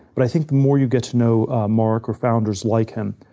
but i think the more you get to know mark or founders like him,